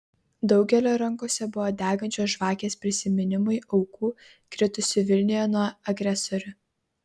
daugelio rankose buvo degančios žvakės prisiminimui aukų kritusių vilniuje nuo agresorių